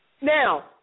Now